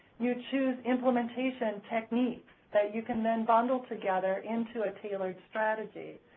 you choose implementation techniques that you can then bundle together into a tailored strategy.